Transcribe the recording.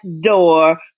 door